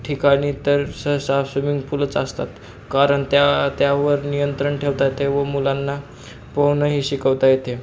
ठिकाणी तर सहसा स्विमिंग पूलच असतात कारण त्या त्यावर नियंत्रण ठेवता येते व मुलांना पोहणंही शिकवता येते